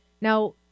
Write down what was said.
now